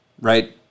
right